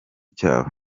cyabo